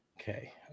Okay